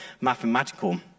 mathematical